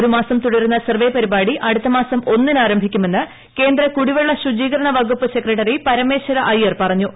ഒരു മാസം തുടരുന്ന സർവ്വേ പരിപാടി അടുത്തമാസം ഒന്നിന് ആരംഭിക്കുമെന്ന് കേന്ദ്ര കുടിവെള്ള ശുചീകരണ വകുപ്പ് സെക്രട്ടറി പരമേശ്വര അയ്യർ പറഞ്ഞു